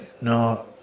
no